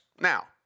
Now